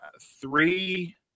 three